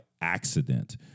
accident